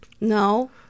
No